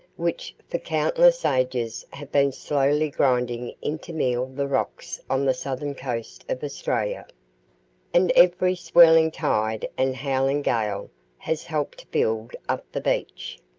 which for countless ages have been slowly grinding into meal the rocks on the southern coast of australia and every swirling tide and howling gale has helped to build up the beach.